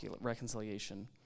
reconciliation